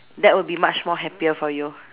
that will be much more happier for you